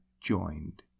joined